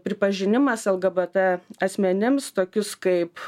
pripažinimas lgbt asmenims tokius kaip